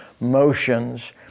motions